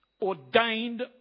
ordained